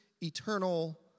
eternal